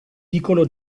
piccolo